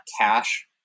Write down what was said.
cash